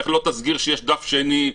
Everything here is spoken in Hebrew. איך לא תסגיר שיש דף שני,